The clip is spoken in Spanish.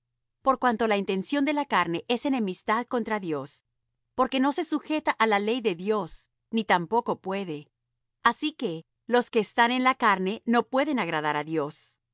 por cuanto la intención de la carne es enemistad contra dios porque no se sujeta á la ley de dios ni tampoco puede así que los que están en la carne no pueden agradar á dios